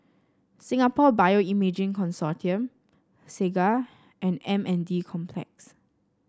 Singapore Bioimaging Consortium Segar and M N D Complex